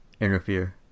interfere